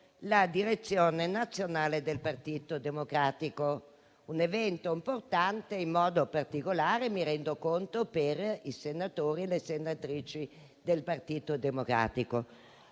della direzione nazionale del Partito Democratico, un evento importante in modo particolare - mi rendo conto - per i senatori e le senatrici del Partito Democratico.